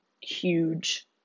huge